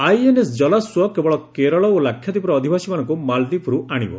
INS Jalashwa କେବଳ କେରଳ ଓ ଲାକ୍ଷାଦୀପର ଅଧିବାସୀମାନଙ୍କୁ ମାଳଦୀପରୁ ଆଣିବ